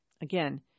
Again